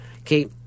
Okay